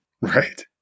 Right